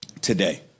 today